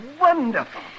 wonderful